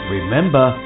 Remember